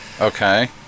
Okay